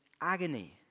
agony